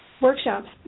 workshops